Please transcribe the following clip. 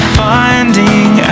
finding